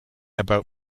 about